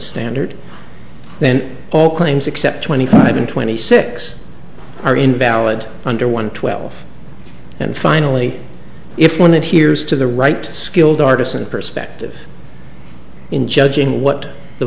standard then all claims except twenty five and twenty six are invalid under one twelve and finally if one it hears to the right skilled artist and perspective in judging what the